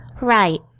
Right